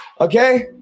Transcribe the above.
Okay